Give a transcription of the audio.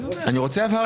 אני רוצה הבהרה לדבריך.